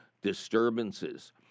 Disturbances